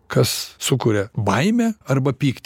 kas sukuria baimę arba pykt